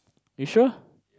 you sure